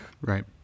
Right